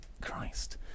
Christ